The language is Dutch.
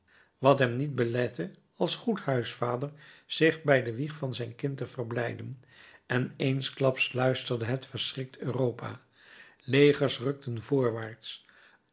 wat hem niet belette als een goed huisvader zich bij de wieg van zijn kind te verblijden en eensklaps luisterde het verschrikt europa legers rukten voorwaarts